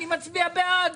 אני מצביע בעד.